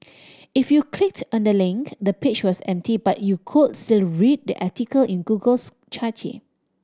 if you clicked on the link the page was empty but you could still read the article in Google's cache